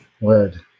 Word